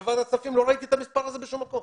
הכספים ולא ראיתי את המספר הזה בשום מקום.